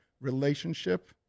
relationship